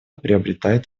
приобретает